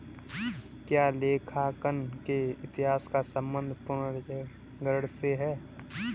क्या लेखांकन के इतिहास का संबंध पुनर्जागरण से है?